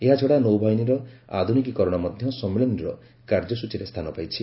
ଏହାଛଡ଼ା ନୌବାହିନୀର ଆଧୁନିକୀକରଣ ମଧ୍ୟ ସମ୍ମିଳନୀର କାର୍ଯ୍ୟସୂଚୀରେ ସ୍ଥାନ ପାଇଛି